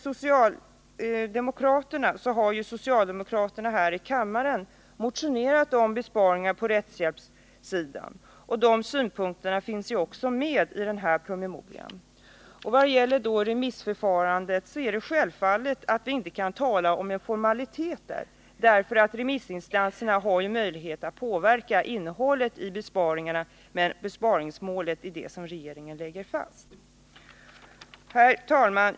Socialdemokraterna har här i riksdagen motionerat om besparingar på rättshjälpssidan. De synpunkterna finns med i denna promemoria. När det gäller remissförfarandet är det självklart att man inte kan tala om en formalitet. Remissinstanserna har ju möjlighet att påverka innehållet i besparingarna. Det är besparingsmålet som regeringen lägger fast. Herr talman!